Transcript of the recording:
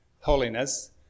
holiness